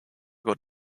got